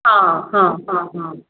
हां हां हां हां